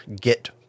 get